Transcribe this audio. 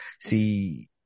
See